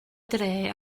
dre